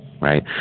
right